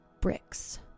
bricks